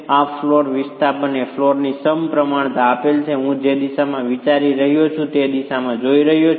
આ ફ્લોરનું વિસ્થાપન એ ફ્લોરની સમપ્રમાણતા આપેલ છે કે જે દિશામાં હું વિચારી રહ્યો છું તે દિશામાં જોઈ રહ્યો છું